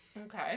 Okay